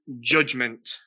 judgment